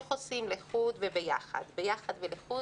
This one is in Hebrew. איך עושים לחוד וביחד, ביחד ולחוד?